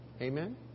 Amen